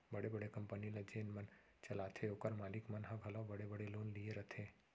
बड़े बड़े कंपनी ल जेन मन चलाथें ओकर मालिक मन ह घलौ बड़े बड़े लोन लिये रथें